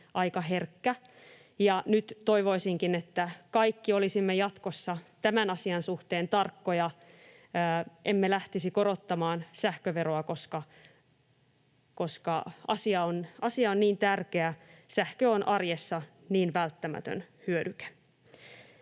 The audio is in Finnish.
aika herkkä. Nyt toivoisinkin, että kaikki olisimme jatkossa tämän asian suhteen tarkkoja: Emme lähtisi korottamaan sähköveroa, koska asia on niin tärkeä. Sähkö on arjessa niin välttämätön hyödyke.